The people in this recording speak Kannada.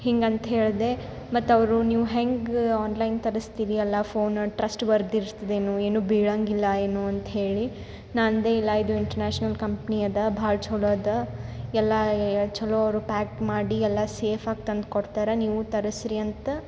ಹಿಂಗಂತ ಹೇಳಿದೆ ಮತ್ತು ಅವರೂ ನೀವು ಹೆಂಗೆ ಆನ್ಲೈನ್ ತರಿಸ್ತೀರಿ ಎಲ್ಲ ಫೋನ್ ಟ್ರಸ್ಟ್ ವರ್ದಿ ಇರ್ತದೇನು ಏನು ಬಿಳೋಂಗಿಲ್ಲ ಏನೂ ಅಂತ ಹೇಳಿ ನಂದೆ ಇಲ್ಲ ಇದು ಇಂಟರ್ನ್ಯಾಷನಲ್ ಕಂಪ್ನಿ ಅದ ಭಾಳ ಚಲೋ ಅದ ಎಲ್ಲ ಚೊಲೋರು ಪ್ಯಾಕ್ ಮಾಡಿ ಎಲ್ಲಾ ಸೇಫ್ಗ ತಂದು ಕೊಡ್ತಾರೆ ನೀವು ತರಿಸ್ರಿ ಅಂತ